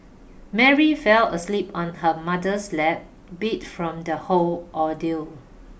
Mary fell asleep on her mother's lap beat from the whole ordeal